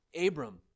Abram